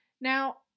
Now